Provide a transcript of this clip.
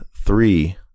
Three